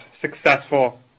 successful